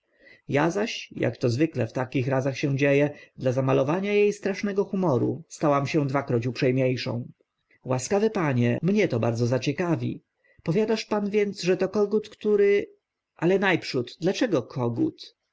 ja zaś ak to zwykle w takich razach się dzie e dla zamalowania e strasznego humoru stałam się dwakroć uprze mie sza łaskawy panie mnie to bardzo zaciekawia powiadasz więc pan że to kogut który ale na przód dlaczegóż kogut